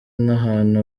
n’ahantu